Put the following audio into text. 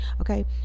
Okay